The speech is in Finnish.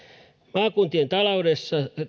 maakuntien taloudesta